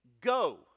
go